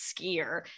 skier